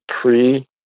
pre